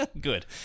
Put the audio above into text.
Good